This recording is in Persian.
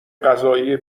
قضایی